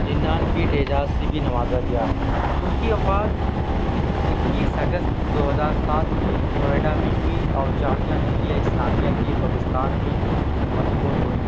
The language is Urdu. گیان پیٹھ اعزاز سے بھی نوازا گیا ان کی وفات اکیس اگست دو ہزار سات میں نوئیڈا میں ہوئی اور جامعہ ملیہ اسلامیہ کے قبرستان میں مدفون ہوئیں